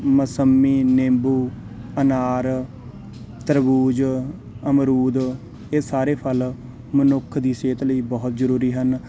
ਮਸੰਮੀ ਨਿੰਬੂ ਅਨਾਰ ਤਰਬੂਜ ਅਮਰੂਦ ਇਹ ਸਾਰੇ ਫ਼ਲ ਮਨੁੱਖ ਦੀ ਸਿਹਤ ਲਈ ਬਹੁਤ ਜ਼ਰੂਰੀ ਹਨ